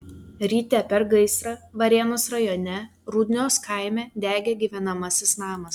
ryte per gaisrą varėnos rajone rudnios kaime degė gyvenamasis namas